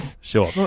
Sure